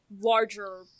larger